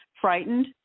frightened